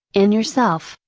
in yourself,